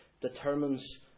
determines